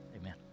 Amen